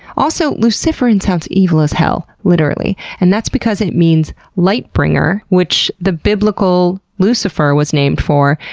also luciferin sounds evil as hell, literally, and that's because it means light bringer which the biblical lucifer was named for.